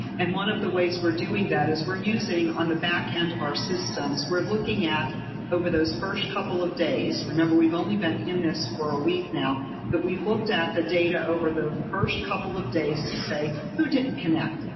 and one of the ways we're doing that is we're using on the back end of our systems, we're looking at over those first couple of days, remember we've only been in this for a week now that we looked at the data over the first couple of days to say who didn't connect?